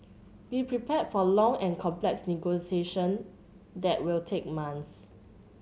be prepared for long and complex negotiations that will take months